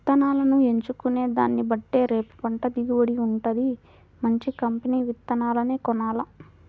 ఇత్తనాలను ఎంచుకునే దాన్నిబట్టే రేపు పంట దిగుబడి వుంటది, మంచి కంపెనీ విత్తనాలనే కొనాల